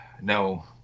no